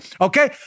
Okay